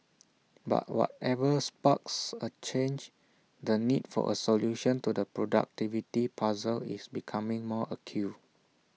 but whatever sparks A change the need for A solution to the productivity puzzle is becoming more acute